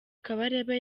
kabarebe